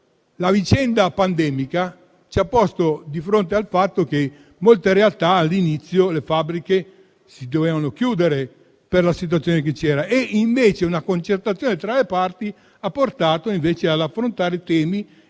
La vicenda pandemica ci ha posto di fronte al fatto che molte realtà (le fabbriche) all'inizio si dovevano chiudere, per la situazione che c'era; invece una concertazione tra le parti ha portato ad affrontare i temi